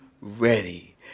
ready